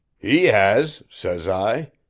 he has says i.